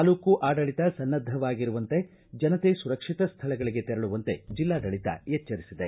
ತಾಲೂಕು ಆಡಳಿತ ಸನ್ನದ್ಧವಾಗಿರುವಂತೆ ಜನತೆ ಸುರಕ್ಷಿತ ಸ್ಥಳಗಳಿಗೆ ತೆರಳುವಂತೆ ಜಿಲ್ಲಾಡಳಿತ ಎಚ್ಚರಿಸಿದೆ